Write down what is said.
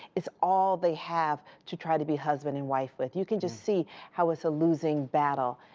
it's all they have to try to be husband and wife with. you can just see how it's a losing battle.